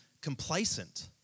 complacent